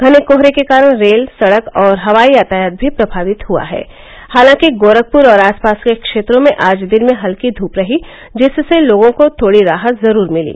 घने कोहरे के कारण रेल सड़क और हवाई यातायात भी प्रभावित हुआ है हालांकि गोरखपुर और आसपास के क्षेत्रों में आज दिन में हल्की धूप रही जिससे लोगों को थोड़ी राहत जरूर मिली